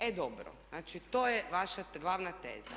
E dobro, znači to je vaša glavna teza.